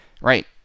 right